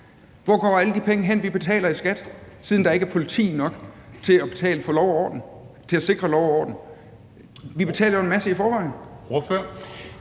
Hvor går alle de penge hen, vi betaler i skat, siden der ikke er politi nok til at sikre lov og orden? Vi betaler jo en masse i forvejen.